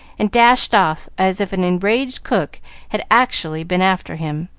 and dashed off as if an enraged cook had actually been after him,